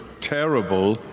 terrible